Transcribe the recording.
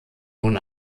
nun